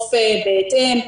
נאכוף בהתאם.